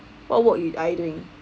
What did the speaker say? what work are you doing